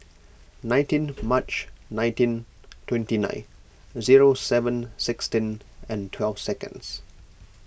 nineteen March nineteen twenty nine zero seven sixteen and twelve second